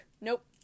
nope